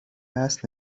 است